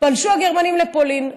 פלשו הגרמנים לפולין.